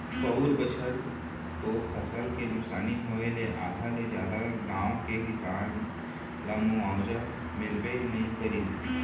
पउर बछर तो फसल के नुकसानी होय ले आधा ले जादा गाँव के किसान ल मुवावजा मिलबे नइ करिस